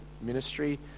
ministry